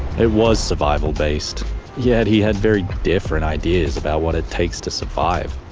it was survival based yet he had very different ideas about what it takes to survive.